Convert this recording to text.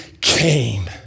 came